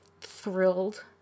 thrilled